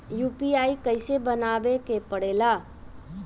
UPI कइसे बनावे के परेला?